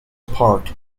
apart